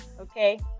okay